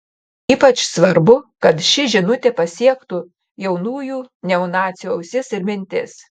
ypač svarbu kad ši žinutė pasiektų jaunųjų neonacių ausis ir mintis